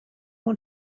want